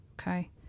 okay